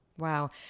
Wow